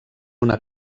una